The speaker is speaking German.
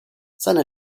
seine